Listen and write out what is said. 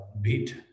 beat